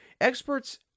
experts